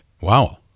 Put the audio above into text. wow